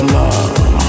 love